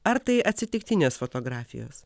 ar tai atsitiktinės fotografijos